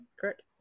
correct